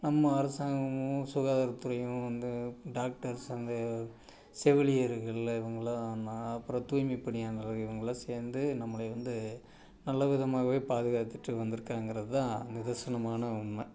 நம்ம அரசாங்கமும் சுகாதாரத்துறையும் வந்து டாக்டர்ஸ் அந்த செவிலியர்கள் இவங்கள்லாம் தான் அப்புறம் தூய்மைப் பணியாளர்கள் இவங்கள்லாம் சேர்ந்து நம்மளை வந்து நல்ல விதமாகவே பாதுகாத்துகிட்டு வந்திருக்குறாங்கங்குறது தான் நிதர்சனமான உண்மை